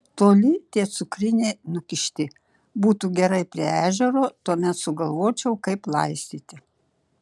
toli tie cukriniai nukišti būtų gerai prie ežero tuomet sugalvočiau kaip laistyti